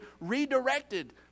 redirected